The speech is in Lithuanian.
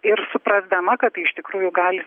ir suprasdama kad tai iš tikrųjų gali